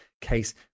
case